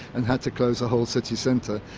and had to close a whole city centre.